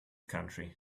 country